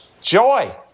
joy